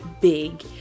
big